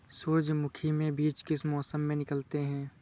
सूरजमुखी में बीज किस मौसम में निकलते हैं?